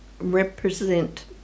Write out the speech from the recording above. represent